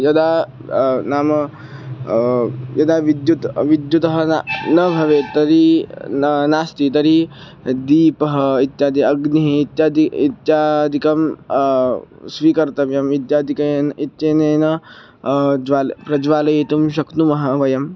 यदा नाम यदा विद्युत् विद्युत् न न भवेत् तर्हि न नास्ति तर्हि दीपः इत्यादि अग्निः इत्यादिकम् इत्यादिकं स्वीकर्तव्यम् इत्यादिकम् इत्यनेन ज्वालयितुं प्रज्वालयितुं शक्नुमः वयम्